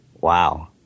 wow